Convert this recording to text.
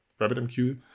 RabbitMQ